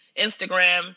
Instagram